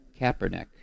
Kaepernick